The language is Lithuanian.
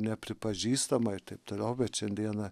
nepripažįstama ir taip toliau bet šiandieną